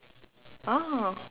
oh